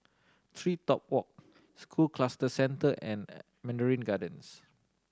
TreeTop Walk School Cluster Centre and Mandarin Gardens